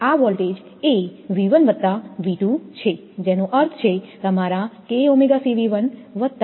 આ વોલ્ટેજ એ છે જેનો અર્થ છે તમારા વત્તા